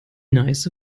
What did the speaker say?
neiße